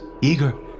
eager